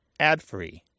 adfree